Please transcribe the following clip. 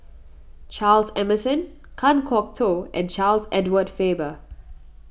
Charles Emmerson Kan Kwok Toh and Charles Edward Faber